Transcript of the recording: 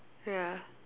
ya